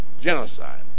genocide